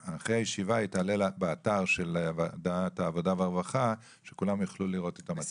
הישיבה באתר של ועדת העבודה והרווחה שכולם יוכלו לראות את המצגת.